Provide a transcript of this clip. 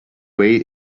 way